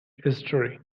history